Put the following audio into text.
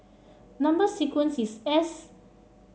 number sequence is S